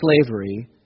slavery